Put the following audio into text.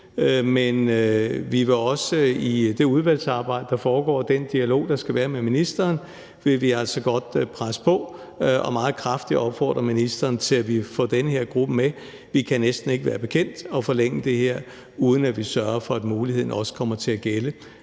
men vi vil også i det udvalgsarbejde, der foregår, og i den dialog, der skal være med ministeren, presse på for og meget kraftigt opfordre ministeren til, at vi får den her gruppe med. Vi kan næsten ikke være bekendt at forlænge det her, uden at vi sørger for, at muligheden også kommer til at gælde